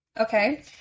Okay